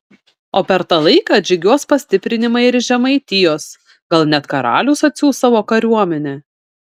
o per tą laiką atžygiuos pastiprinimai ir iš žemaitijos gal net karalius atsiųs savo kariuomenę